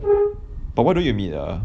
but why don't you meet ah